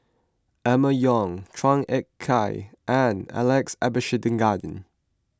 Emma Yong Chua Ek Kay and Alex Abisheganaden